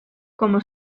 como